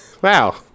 wow